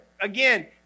Again